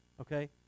Okay